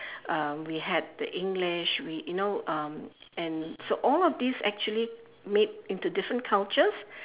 uh we had the english we you know um and so all of these actually made into different cultures